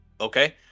okay